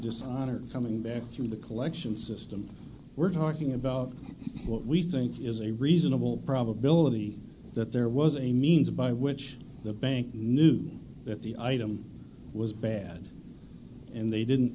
this on or coming back through the collection system we're talking about what we think is a reasonable probability that there was a means by which the bank knew that the item was bad and they didn't